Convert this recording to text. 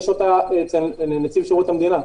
יש אותה אצל נציב שירות המדינה.